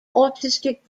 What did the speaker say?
autistic